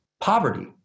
poverty